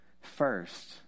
First